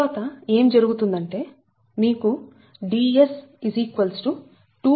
తరువాత ఏం జరుగుతుందంటే మీకు Ds 2